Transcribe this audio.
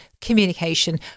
communication